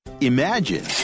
Imagine